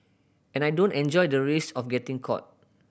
and I don't enjoy the risk of getting caught